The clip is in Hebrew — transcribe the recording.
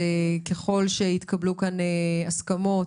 וככל שיתקבלו פה הסכמות,